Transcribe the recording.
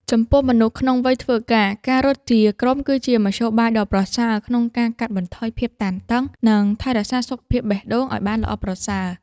ចំពោះមនុស្សក្នុងវ័យធ្វើការ ការរត់ជាក្រុមគឺជាមធ្យោបាយដ៏ប្រសើរក្នុងការកាត់បន្ថយភាពតានតឹង និងថែរក្សាសុខភាពបេះដូងឱ្យបានល្អប្រសើរ។